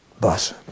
bus